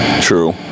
True